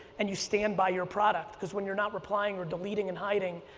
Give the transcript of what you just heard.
and you stand by your product because when you're not replying or deleting and hiding.